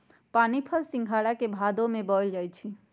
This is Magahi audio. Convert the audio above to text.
पानीफल सिंघारा के भादो में बोयल जाई छै